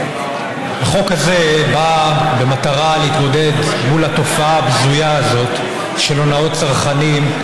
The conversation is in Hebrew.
החוק הזה בא במטרה להתמודד עם התופעה הבזויה הזאת של הונאות צרכנים,